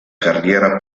carriera